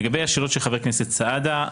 לגבי השאלות של חבר הכנסת סעדה,